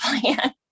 plan